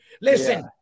Listen